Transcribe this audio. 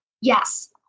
Yes